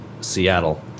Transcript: Seattle